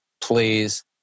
please